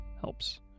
helps